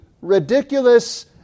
ridiculous